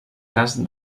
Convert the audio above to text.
cas